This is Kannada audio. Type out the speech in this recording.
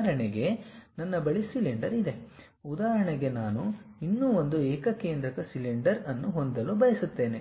ಉದಾಹರಣೆಗೆ ನನ್ನ ಬಳಿ ಸಿಲಿಂಡರ್ ಇದೆ ಉದಾಹರಣೆಗೆ ನಾನು ಇನ್ನೂ ಒಂದು ಏಕಕೇಂದ್ರಕ ಸಿಲಿಂಡರ್ ಅನ್ನು ಹೊಂದಲು ಬಯಸುತ್ತೇನೆ